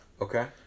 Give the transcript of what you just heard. Okay